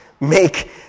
make